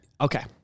okay